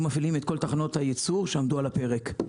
מפעילים את כל תחנות הייצור שעמדו על הפרק.